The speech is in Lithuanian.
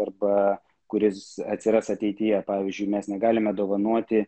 arba kuris atsiras ateityje pavyzdžiui mes negalime dovanoti